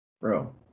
Bro